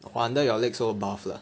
no wonder your legs so buff lah